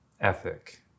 ethic